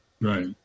Right